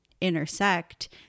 intersect